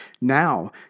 Now